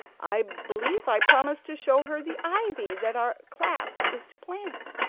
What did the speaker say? i believe i promised to show her the ivy that our class is to plant.